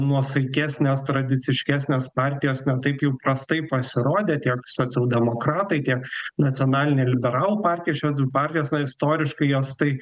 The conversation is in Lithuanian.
nuosaikesnės tradiciškesnės partijos na taip jau prastai pasirodė tiek socialdemokratai tiek nacionalinė liberalų partija šios dvi partijos na istoriškai jos tai